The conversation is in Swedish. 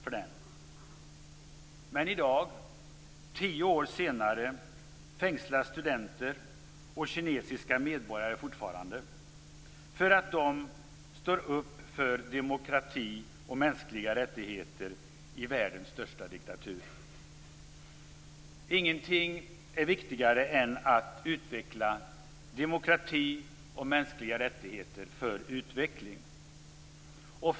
Men i dag, tio år senare, fängslas studenter och andra kinesiska medborgare fortfarande för att de står upp för demokrati och mänskliga rättigheter i världens största diktatur. Ingenting är viktigare för utvecklingen än bygga upp demokrati och mänskliga rättigheter.